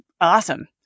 awesome